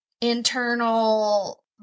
internal